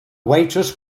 waitress